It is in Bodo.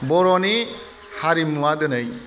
बर'नि हारिमुवा दिनै